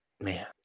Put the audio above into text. man